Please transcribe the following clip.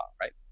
right